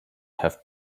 have